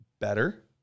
better